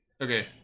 okay